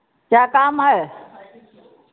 क्या काम है